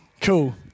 Cool